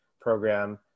program